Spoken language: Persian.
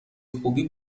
خوبی